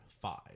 five